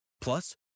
Plus